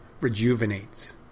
rejuvenates